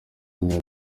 yagize